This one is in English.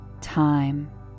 time